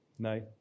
No